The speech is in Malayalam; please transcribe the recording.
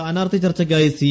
സ്ഥാനാർത്ഥി ചർച്ചക്കായി സി